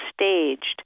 staged